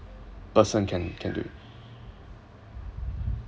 person can can do it